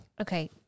Okay